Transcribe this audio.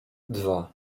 dwa